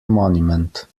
monument